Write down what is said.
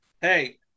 Hey